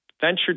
venture